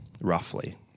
roughly